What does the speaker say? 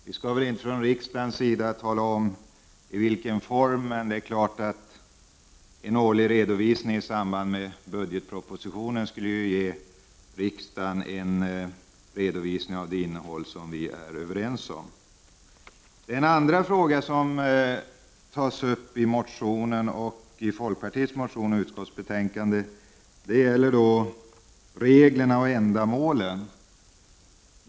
Vi skall väl inte från riksdagens sida tala om vilken form en sådan redovisning skall ha, men det är klart att en årlig redovisning i samband med budgetpropositionen skulle ge riksdagen en redovisning av det innehåll som vi är överens om. Den andra fråga som tas upp i den motion från folkpartiet som behandlas i utskottsbetänkandet gäller reglerna och ändamålen.